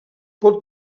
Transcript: pot